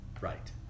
Right